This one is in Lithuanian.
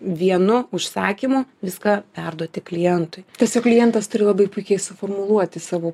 vienu užsakymu viską perduoti klientui tiesiog klientas turi labai puikiai suformuluoti savo